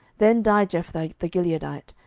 then died jephthah the gileadite,